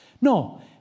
no